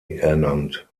ernannt